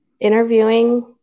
interviewing